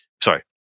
sorry